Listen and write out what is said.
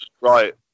Right